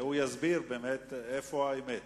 הוא יסביר איפה האמת.